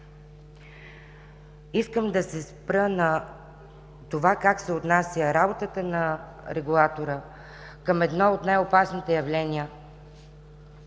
Искам да се спра на това как се отнася работата на Регулатора към едно от най-опасните явления